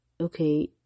Okay